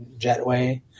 jetway